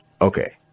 Okay